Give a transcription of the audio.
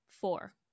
four